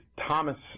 Thomas